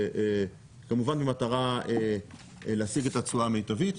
כמובן במטרה להשיג את התשואה המיטבית,